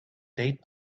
date